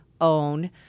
own